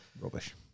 Rubbish